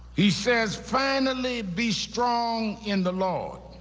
he says, finally be strong in the lord.